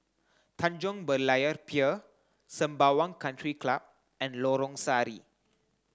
Tanjong Berlayer Pier Sembawang Country Club and Lorong Sari